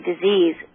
disease